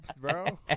bro